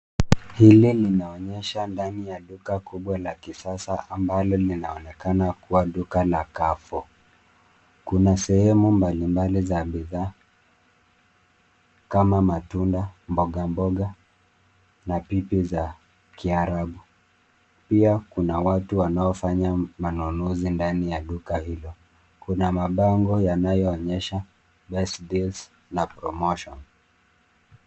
Hili linaonyesha ndani ya duka kubwa la kisasa ambalo linaonekana kuwa duka la Carrefour . Kuna sehemu mbali mbali za bidhaa kama matunda, mbogamboga na pipi za Kiarabu. Pia kuna watu wanaofanya manunuzi ndani ya duka hilo. Kuna mabango yanayo onyesha best deals na promotion .